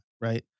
Right